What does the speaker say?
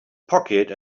pocket